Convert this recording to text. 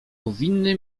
powinny